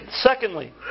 secondly